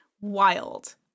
Wild